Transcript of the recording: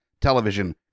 television